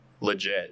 legit